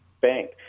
bank